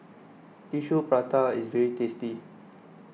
Tissue Prata is very tasty